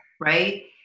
right